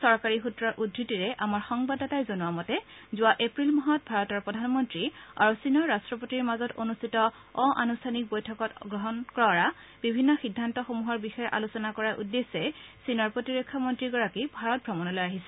চৰকাৰী সূত্ৰৰ উদ্ধতিৰে আমাৰ সংবাদদাতাই জনোৱা মতে যোৱা এপ্ৰিলমাহত ভাৰতৰ প্ৰধানমন্ত্ৰী আৰু চীনৰ ৰাষ্টপতিৰ মাজত অনুষ্ঠিত অআনুষ্ঠানিক বৈঠকত গ্ৰহণ কৰা বিভিন্ন সিদ্ধান্তসমূহৰ বিষয়ে আলোচনা কৰাৰ উদ্দেশ্যে চীনৰ প্ৰতিৰক্ষামন্ত্ৰী গৰাকী ভাৰত ভ্ৰমণলৈ আহিছে